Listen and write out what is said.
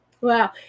Wow